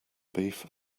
beef